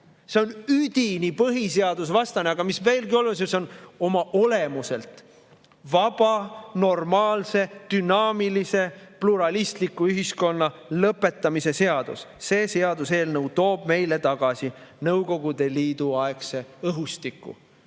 See on üdini põhiseadusvastane, aga mis veelgi olulisem, see on oma olemuselt vaba, normaalse, dünaamilise ja pluralistliku ühiskonna lõpetamise seadus. See seaduseelnõu toob meile tagasi Nõukogude Liidu aegse õhustiku,